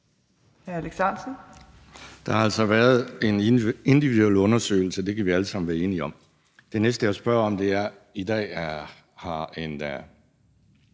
Der har altså været en individuel undersøgelse; det kan vi alle sammen blive enige om. Det næste, jeg vil spørge om, vedrører, at et borgerforslag